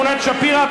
בשכונת שפירא,